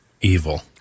evil